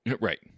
Right